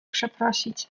przeprosić